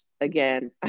again